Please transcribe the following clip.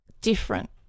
Different